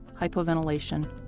hypoventilation